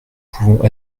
pouvons